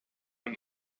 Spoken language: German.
und